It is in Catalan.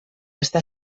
està